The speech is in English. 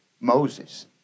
Moses